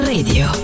Radio